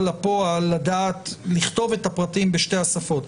לפועל לדעת לכתוב את הפרטים בשתי השפות.